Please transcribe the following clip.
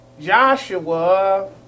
Joshua